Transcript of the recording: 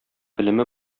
белеме